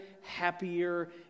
happier